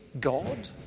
God